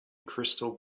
crystal